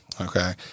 okay